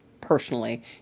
personally